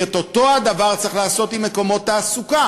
את אותו הדבר צריך לעשות עם מקומות תעסוקה,